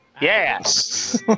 Yes